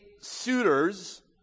suitors